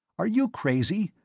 are you crazy?